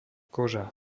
koža